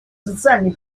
социальной